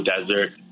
Desert